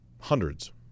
Hundreds